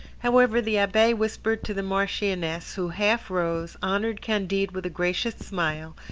however, the abbe whispered to the marchioness, who half rose, honoured candide with a gracious smile,